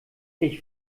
ich